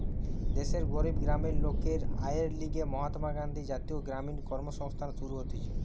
দেশের গরিব গ্রামের লোকের আয়ের লিগে মহাত্মা গান্ধী জাতীয় গ্রামীণ কর্মসংস্থান শুরু হতিছে